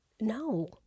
No